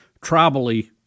tribally